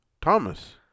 Thomas